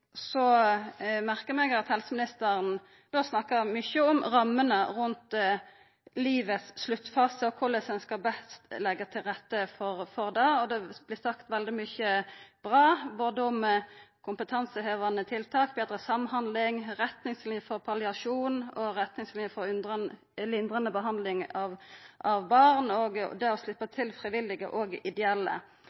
så merka eg meg at helseministeren snakka mykje om rammene rundt livets sluttfase og om korleis ein best skal leggja til rette for det. Det vart sagt veldig mykje bra om både kompetansehevande tiltak, betre samhandling, retningsliner for palliasjon og retningsliner for lindrande behandling av barn og det å sleppa til frivillige og ideelle